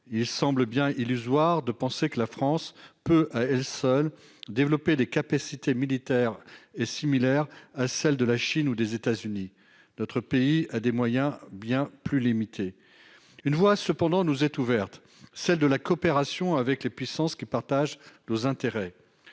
il semble bien illusoire de penser que la France peut-elle seule développer des capacités militaires est similaire à celle de la Chine ou des États-Unis, notre pays a des moyens bien plus limités, une voix, cependant nous est ouverte, celle de la coopération avec les puissances qui partagent nos intérêts